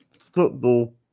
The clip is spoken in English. football